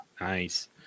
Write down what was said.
Nice